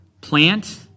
plant